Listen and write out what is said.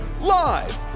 live